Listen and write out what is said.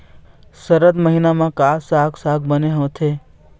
सरद महीना म का साक साग बने होथे?